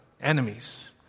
enemies